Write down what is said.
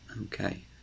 Okay